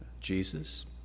Jesus